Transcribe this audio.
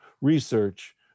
research